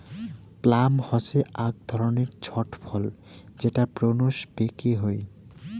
plum হসে আক ধরণের ছট ফল যেটা প্রুনস পেকে হই